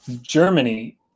Germany